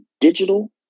digital